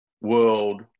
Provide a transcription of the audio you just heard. world